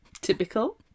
Typical